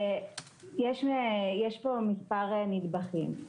יש פה מספר נדבכים.